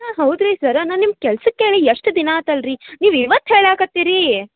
ಹಾಂ ಹೌದು ರಿ ಸರ ನಾನು ನಿಮ್ಮ ಕೆಲಸ ಕೇಳಿ ಎಷ್ಟು ದಿನ ಆತು ಅಲ್ಲ ರೀ ನೀವು ಇವತ್ತು ಹೇಳಾಕತ್ತೀರೀ